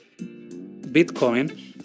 Bitcoin